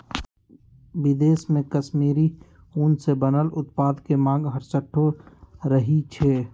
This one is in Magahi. विदेश में कश्मीरी ऊन से बनल उत्पाद के मांग हरसठ्ठो रहइ छै